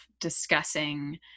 discussing